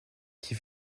qui